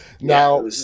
now